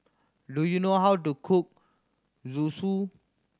do you know how to cook Zosui